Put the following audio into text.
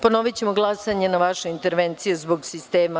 Ponovićemo glasanje na vašu intervenciju zbog sistema.